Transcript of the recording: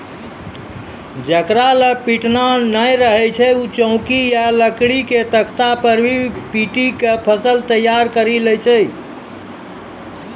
जेकरा लॅ पिटना नाय रहै छै वैं चौकी या लकड़ी के तख्ता पर भी पीटी क फसल तैयार करी लै छै